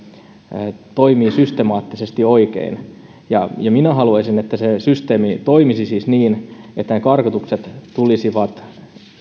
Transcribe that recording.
toimii systemaattisesti oikein minä haluaisin että se systeemi toimisi siis niin että ne karkotukset tulisivat